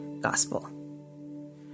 gospel